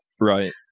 Right